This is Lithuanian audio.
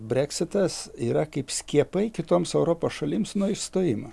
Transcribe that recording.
breksitas yra kaip skiepai kitoms europos šalims nuo išstojimo